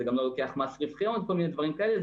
זה גם לא לוקח מס רווחי הון, כל מיני דברים כאלה.